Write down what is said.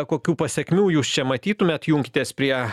kokių pasekmių jūs čia matytumėt junkitės prie